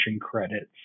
credits